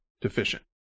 deficient